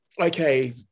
Okay